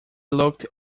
looked